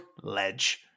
ledge